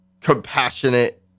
compassionate